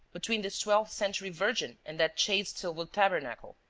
between this twelfth-century virgin and that chased-silver tabernacle,